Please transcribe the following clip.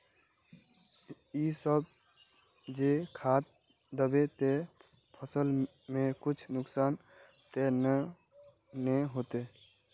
इ सब जे खाद दबे ते फसल में कुछ नुकसान ते नय ने होते